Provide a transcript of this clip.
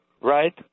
right